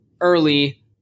early